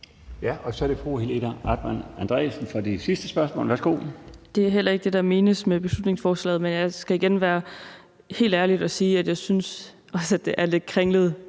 Værsgo. Kl. 17:31 Helena Artmann Andresen (LA): Det er heller ikke det, der menes med beslutningsforslaget. Men jeg skal igen være helt ærlig at sige, at jeg synes, at det er lidt kringlet